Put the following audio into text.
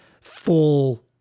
full